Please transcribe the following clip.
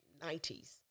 90s